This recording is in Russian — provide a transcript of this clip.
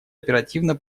оперативно